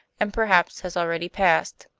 and perhaps has already passed.